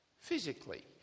physically